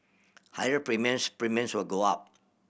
higher premiums Premiums will go up